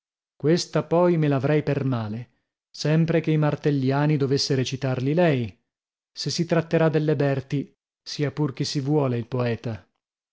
questa poi me l'avrei per male sempre che i martelliani dovesse recitarli lei se si tratterà delle berti sia pur chi si vuole il poeta